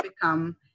become